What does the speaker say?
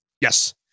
Yes